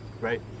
right